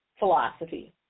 Philosophy